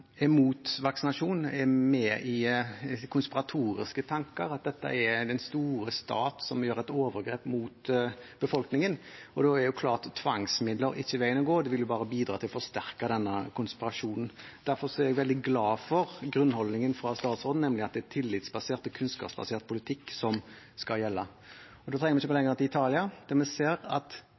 mot befolkningen. Da er det klart at tvangsmidler ikke er veien å gå – det vil jo bare bidra til å forsterke denne konspirasjonstanken. Derfor er jeg veldig glad for grunnholdningen fra statsråden, nemlig at det er tillitsbasert og kunnskapsbasert politikk som skal gjelde. Vi trenger ikke gå lenger enn til Italia, der det var politiske partier som brukte vaksinasjonssaken, og som pekte på vaksiner som et statlig overgrep mot den enkelte. Dit må vi ikke